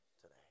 today